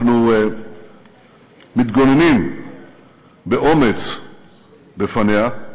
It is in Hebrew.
אנחנו מתגוננים באומץ בפניה,